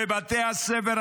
ובתי הספר,